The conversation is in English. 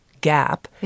gap